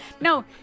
No